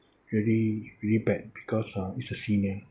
really really bad because uh it's a senior